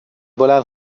بلند